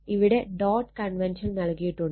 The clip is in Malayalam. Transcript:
ഇവിടെ ഡോട്ട് കൺവെൻഷൻ നൽകിയിട്ടുണ്ട്